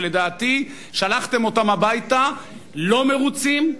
שלדעתי שלחתם אותם הביתה לא מרוצים,